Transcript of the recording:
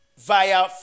via